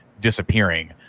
disappearing